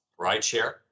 rideshare